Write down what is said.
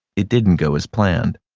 it didn't go as planned.